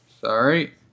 Sorry